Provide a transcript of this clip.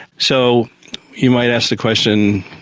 so you might ask the question,